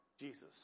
Jesus